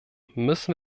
müssen